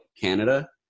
Canada